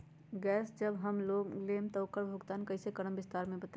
Gas जब हम लोग लेम त उकर भुगतान कइसे करम विस्तार मे बताई?